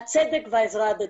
הצדק והעזרה ההדדית.